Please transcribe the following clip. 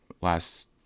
last